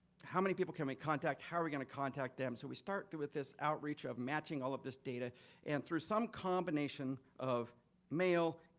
how many people can we contact? how are we gonna contact them? so we start with this outreach of matching all of this data and through some combination of mail,